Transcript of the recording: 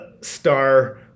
star